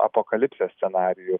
apokalipsės scenarijų